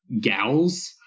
gals